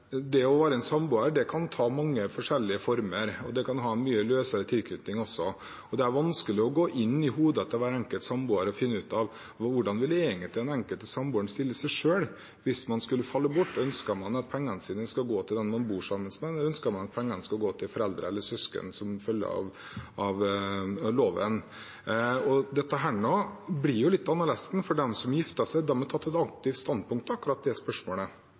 kan ta mange forskjellige former, og en kan også ha mye løsere tilknytning. Det er vanskelig å gå inn i hodet til hver enkelt samboer og finne ut av hvordan den enkelte samboer vil stille seg selv hvis man skulle falle bort. Ønsker de at pengene deres skal gå til den man bor sammen med, eller ønsker man at pengene skal gå til foreldre eller søsken som følge av loven? Dette blir litt annerledes for dem som har giftet seg. De har tatt et aktivt standpunkt i akkurat det spørsmålet,